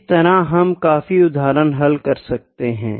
इसे तरह हम काफी उदाहरण हल कर सकते है